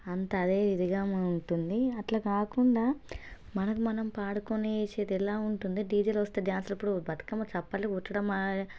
అంత అదే ఇదిగా ఉంటుంది అలా కాకుండా మనకు మనం పాడుకొని వేసేది ఎలా ఉంటుంది డిజేలు వస్తే డాన్సులు అప్పుడు బతుకమ్మ చప్పట్లు కొట్టడం